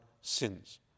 sins